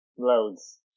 Loads